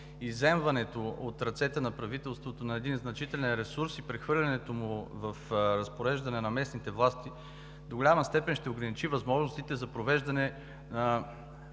изземването от ръцете на правителството на един значителен ресурс и прехвърлянето му в разпореждане на местните власти до голяма степен ще ограничи възможностите за провеждане,